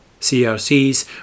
CRCs